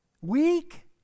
weak